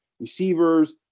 receivers